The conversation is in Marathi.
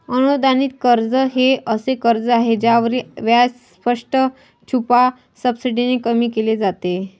अनुदानित कर्ज हे असे कर्ज आहे ज्यावरील व्याज स्पष्ट, छुप्या सबसिडीने कमी केले जाते